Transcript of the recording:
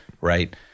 Right